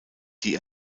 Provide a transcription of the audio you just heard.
die